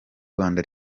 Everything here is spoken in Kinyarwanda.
rwanda